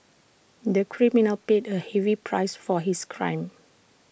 the criminal paid A heavy price for his crime